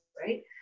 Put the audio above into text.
right